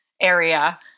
area